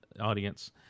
audience